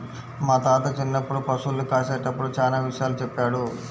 మా తాత చిన్నప్పుడు పశుల్ని కాసేటప్పుడు చానా విషయాలు చెప్పాడు